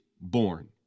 born